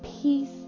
peace